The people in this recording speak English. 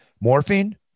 morphine